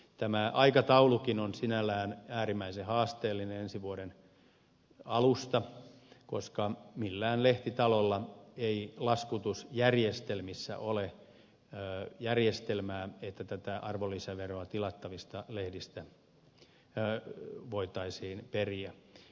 tämä aikataulukin on sinällään äärimmäisen haasteellinen ensi vuoden alusta koska millään lehtitalolla ei laskutusjärjestelmissä ole sellaista järjestelmää että tätä arvonlisäveroa tilattavista lehdistä voitaisiin periä